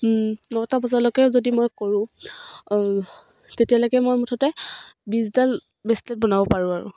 নটা বজালৈকেও যদি মই কৰোঁ তেতিয়ালৈকে মই মুঠতে বিছডাল বেচলেট বনাব পাৰোঁ আৰু